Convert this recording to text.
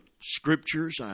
scriptures